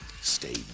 stay